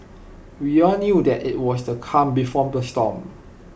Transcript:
we all knew that IT was the calm before the storm